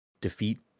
defeat